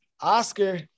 Oscar